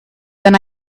then